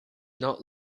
not